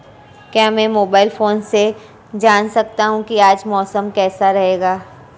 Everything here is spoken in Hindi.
क्या मैं मोबाइल फोन से जान सकता हूँ कि आज मौसम कैसा रहेगा?